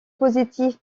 positive